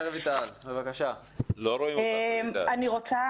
אני רוצה